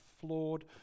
flawed